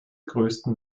größten